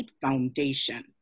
foundation